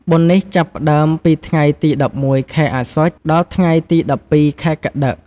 បុណ្យនេះចាប់ផ្ដើមពីថ្ងៃទី ១១ ខែអស្សុច ដល់ថ្ងៃទី១២ ខែកត្តិក ។